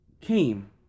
came